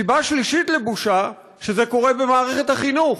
סיבה שלישית לבושה, שזה קורה במערכת החינוך.